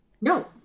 No